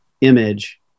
image